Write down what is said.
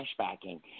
flashbacking